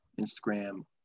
Instagram